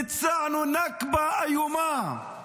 ביצענו נכבה איומה.